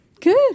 Good